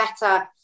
better